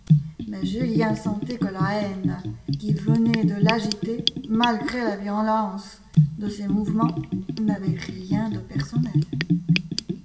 mais julien sentait que la haine qui venait de l'agiter malgré la violence de ses mouvements n'avait rien de personnel